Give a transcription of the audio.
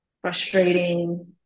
frustrating